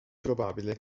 probabile